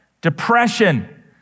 depression